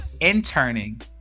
interning